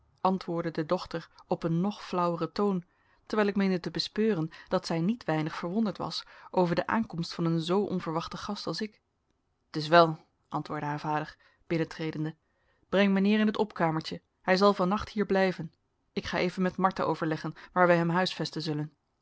antwoordde de dochter op een nog flauweren toon terwijl ik meende te bespeuren dat zij met weinig verwonderd was over de aankomst van een zoo onverwachten gast als ik t is wel antwoordde haar vader binnentredende breng mijnheer in het opkamertje hij zal van nacht hier blijven ik ga even met martha overleggen waar wij hem huisvesten zullen